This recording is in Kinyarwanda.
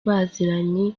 baziranye